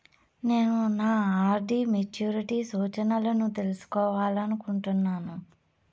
నేను నా RD maturity సూచనలను తెలుసుకోవాలనుకుంటున్నాను